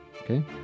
okay